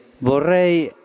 vorrei